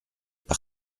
par